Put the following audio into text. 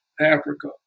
Africa